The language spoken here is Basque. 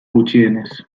gutxienez